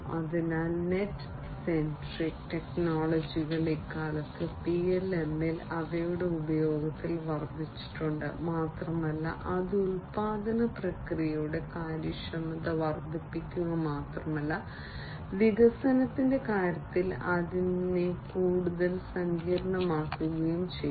അതിനാൽ net centric ടെക്നോളജികൾ ഇക്കാലത്ത് PLM ൽ അവയുടെ ഉപയോഗത്തിൽ വർധിച്ചിട്ടുണ്ട് മാത്രമല്ല അത് ഉൽപ്പാദന പ്രക്രിയയുടെ കാര്യക്ഷമത വർദ്ധിപ്പിക്കുക മാത്രമല്ല വികസനത്തിന്റെ കാര്യത്തിൽ അതിനെ കൂടുതൽ സങ്കീർണ്ണമാക്കുകയും ചെയ്തു